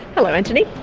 hello antony.